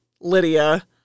Lydia